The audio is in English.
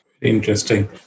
Interesting